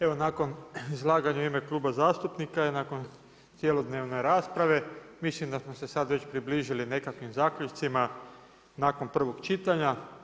Evo nakon izlaganja u ime kluba zastupnika i nakon cjelodnevne rasprave, mislim da smo se sad već približili nekakvih zaključcima nakon prvog čitanja.